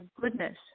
goodness